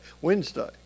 wednesday